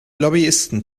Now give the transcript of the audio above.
lobbyisten